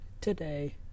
today